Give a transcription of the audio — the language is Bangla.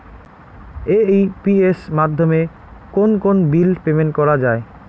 এ.ই.পি.এস মাধ্যমে কোন কোন বিল পেমেন্ট করা যায়?